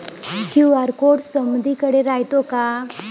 QR code समदीकडे रायतो का?